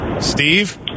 Steve